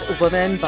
women